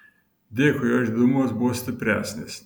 dėkui jo išdidumas buvo stipresnis